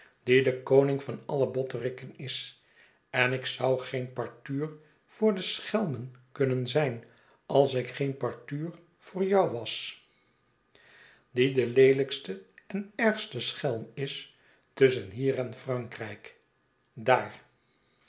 die de koning van alle botteriken is en ik zou geen partuur voor de schelmen kunnen zijn als ik geen partuur voorjou was die de leelijkste en ergste schelm is tusschen hier en frankrijk daar